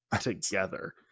together